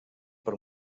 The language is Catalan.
per